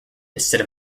instead